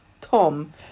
Tom